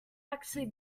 actually